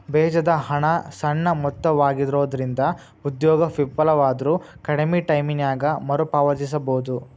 ಬೇಜದ ಹಣ ಸಣ್ಣ ಮೊತ್ತವಾಗಿರೊಂದ್ರಿಂದ ಉದ್ಯೋಗ ವಿಫಲವಾದ್ರು ಕಡ್ಮಿ ಟೈಮಿನ್ಯಾಗ ಮರುಪಾವತಿಸಬೋದು